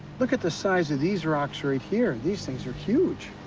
look at the size of these rocks right here. these things are huge.